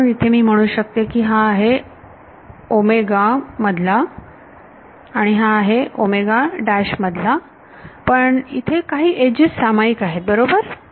म्हणून इथे मी म्हणू शकते की हा आहे मधला आणि हा आहे मधला पण येथे काही एजेस सामायिक आहेत बरोबर